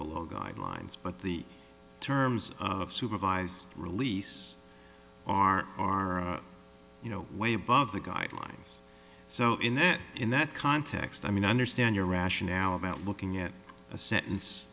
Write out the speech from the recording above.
below guidelines but the terms of supervised release are are you know way above the guidelines so in that in that context i mean i understand your rationale i'm out looking at a sentence